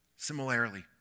Similarly